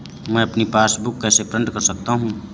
मैं अपनी पासबुक कैसे प्रिंट कर सकता हूँ?